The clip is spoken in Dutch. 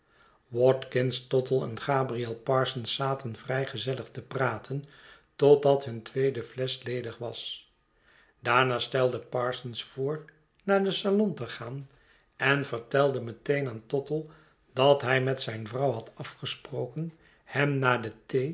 watkins tottle en gabriel parsons zaten vrij gezellig te praten totdat hun tweede flesch ledig was daarna stelde parsons voor naar den salon te gaan en vertelde rneteen aan tottle dat hij met zijn vrouw had afgesproken hem na de